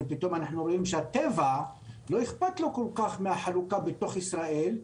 ופתאום אנחנו רואים שלטבע לא אכפת כל כך מהחלוקה בתוך ישראל,